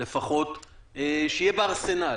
לפחות שיהיה בארסנל.